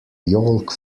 yolk